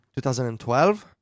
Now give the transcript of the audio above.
2012